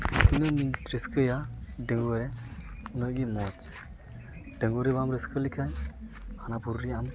ᱛᱤᱱᱟᱹᱜ ᱮᱢ ᱨᱟᱹᱥᱠᱟᱹᱭᱟ ᱰᱟᱺᱜᱩᱣᱟᱹ ᱨᱮ ᱩᱱᱟᱹᱜ ᱜᱮ ᱢᱚᱡᱽ ᱰᱟᱺᱜᱩᱣᱟᱹ ᱨᱮ ᱵᱟᱢ ᱨᱟᱹᱥᱠᱟᱹ ᱞᱮᱠᱷᱟᱡ ᱦᱟᱱᱟ ᱯᱩᱨᱤ ᱟᱢ